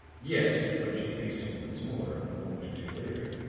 yet, when she faced him once more, a moment or two later,